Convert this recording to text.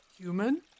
Human